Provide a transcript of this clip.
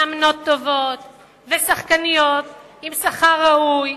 מאמנות טובות ושחקניות עם שכר ראוי.